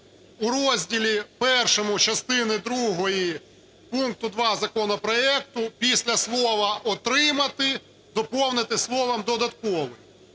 у розділі І частини другої пункту 2 законопроекту після слова "отримати" доповнити словом "додатково".